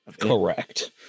correct